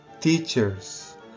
teachers